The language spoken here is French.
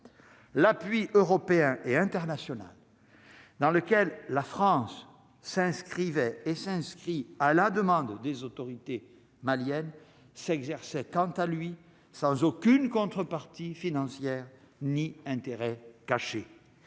l'appui européen et international dans lequel la France s'inscrivait et s'inscrit à la demande des autorités maliennes s'exerce quant à lui, sans aucune contrepartie financière, ni intérêts cachés,